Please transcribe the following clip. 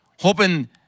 Hoping